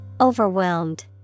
Overwhelmed